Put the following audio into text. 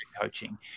coaching